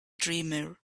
dreamer